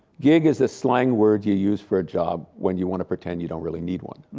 gig is a slang word you use for a job when you want to pretend you don't really need one.